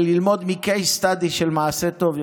ללמוד מ-case study של מעשה טוב,